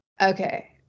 okay